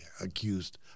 accused